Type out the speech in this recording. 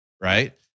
right